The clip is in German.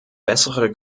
bessere